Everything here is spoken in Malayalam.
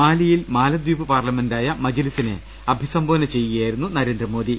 മാലിയിൽ മാലദ്വീപ് പാർലമെന്റായ മജ്ലിസിനെ അഭിസംബോ ധന ചെയ്യുകയായിരുന്നു നരേന്ദ്ര മോദി